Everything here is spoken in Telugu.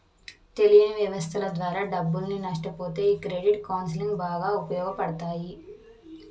తెలియని వ్యవస్థల ద్వారా డబ్బుల్ని నష్టపొతే ఈ క్రెడిట్ కౌన్సిలింగ్ బాగా ఉపయోగపడతాయి